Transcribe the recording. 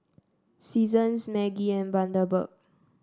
Seasons Maggi and Bundaberg